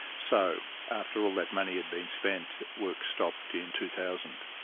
so after all that money had been spent, work stopped in two thousand.